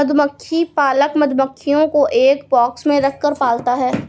मधुमक्खी पालक मधुमक्खियों को एक बॉक्स में रखकर पालता है